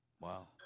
Wow